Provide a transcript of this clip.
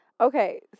Okay